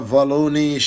Valoni